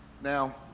Now